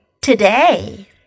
today